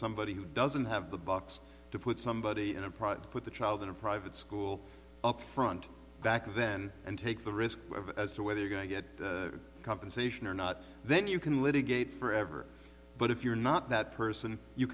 somebody who doesn't have the bucks to put somebody in a project with a child in a private school up front back then and take the risk as to whether you're going to get compensation or not then you can litigate forever but if you're not that person you